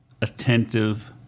attentive